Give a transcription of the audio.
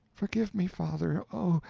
forgive me, father, oh!